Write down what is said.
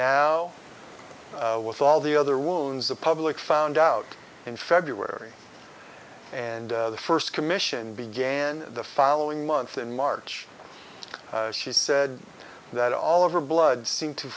now with all the other ones the public found out in february and the first commission began the following month in march she said that all of her blood seemed to